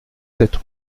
sept